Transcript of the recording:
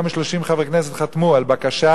יותר מ-30 חברי כנסת חתמו על בקשה